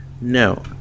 No